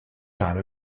time